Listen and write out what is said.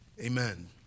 Amen